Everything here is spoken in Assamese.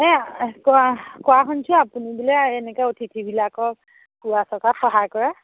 এই কোৱা কোৱা শুনিছোঁ আপুনি বোলে এনেকৈ অতিথিবিলাকক ফুৰা চকাত সহায় কৰে